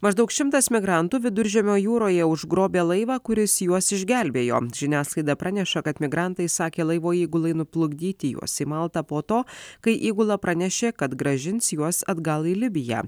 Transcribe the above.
maždaug šimtas migrantų viduržemio jūroje užgrobė laivą kuris juos išgelbėjo žiniasklaida praneša kad migrantai sakė laivo įgulai nuplukdyti juos į maltą po to kai įgula pranešė kad grąžins juos atgal į libiją